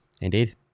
Indeed